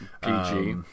PG